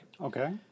Okay